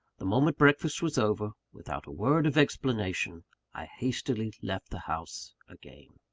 the moment breakfast was over, without a word of explanation i hastily left the house again.